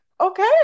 okay